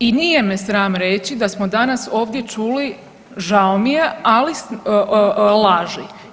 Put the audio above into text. I nje me sram reći da smo danas ovdje čuli, žao mi je, ali laži.